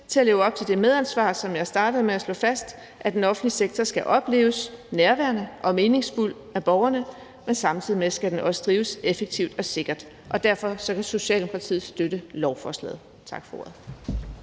til at leve op til det medansvar for, at den offentlige sektor, som jeg startede med at slå fast, opleves nærværende og meningsfuldt af borgerne, men samtidig også drives effektivt og sikkert. Derfor kan Socialdemokratiet støtte lovforslaget. Tak for ordet.